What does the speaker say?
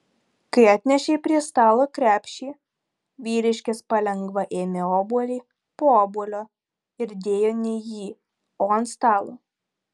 kai atnešei prie stalo krepšį vyriškis palengva ėmė obuolį po obuolio ir dėjo ne į jį o ant stalo